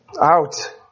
out